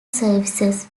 services